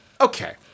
Okay